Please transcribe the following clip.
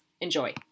enjoy